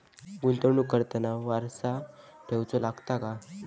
गुंतवणूक करताना वारसा ठेवचो लागता काय?